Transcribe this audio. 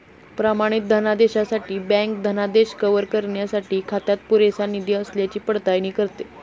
प्रमाणित धनादेशासाठी बँक धनादेश कव्हर करण्यासाठी खात्यात पुरेसा निधी असल्याची पडताळणी करते